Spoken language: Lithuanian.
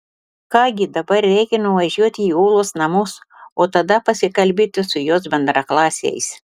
ką gi dabar reikia nuvažiuoti į ūlos namus o tada pasikalbėti su jos bendraklasiais